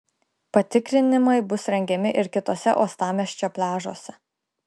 patikrinimai bus rengiami ir kituose uostamiesčio pliažuose